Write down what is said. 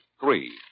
Three